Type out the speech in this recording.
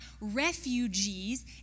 refugees